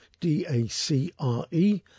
D-A-C-R-E